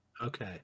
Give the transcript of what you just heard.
Okay